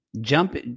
Jump